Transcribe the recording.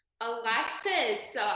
Alexis